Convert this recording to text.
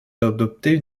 d’adopter